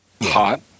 Hot